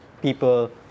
People